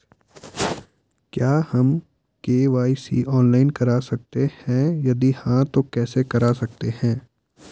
क्या हम KYC online करा सकते हैं यदि हाँ तो कैसे करा सकते हैं?